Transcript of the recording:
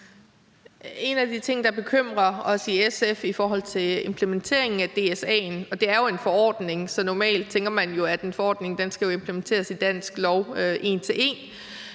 En af de ting, der bekymrer os i SF i forhold til implementeringen af DSA'en – og det er jo en forordning, og normalt tænker man, at en forordning skal implementeres i dansk lov en